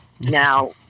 Now